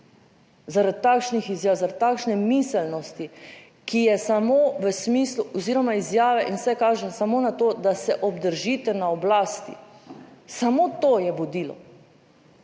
zaradi takšnih izjav, zaradi takšne miselnosti, ki je samo v smislu oziroma izjave in vse kaže samo na to, da se obdržite na oblasti, samo to je vodilo.